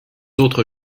autres